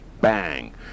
bang